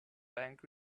bank